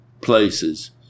places